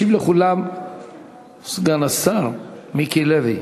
ישיב לכולם סגן השר מיקי לוי,